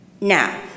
Now